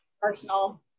personal